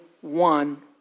one